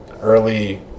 early